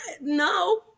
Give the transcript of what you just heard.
No